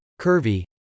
curvy